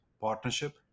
partnership